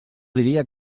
diria